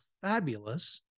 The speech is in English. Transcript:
fabulous